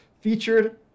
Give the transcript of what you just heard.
featured